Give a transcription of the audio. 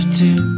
two